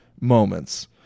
moments